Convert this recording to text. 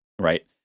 right